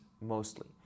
mostly